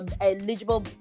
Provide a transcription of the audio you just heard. eligible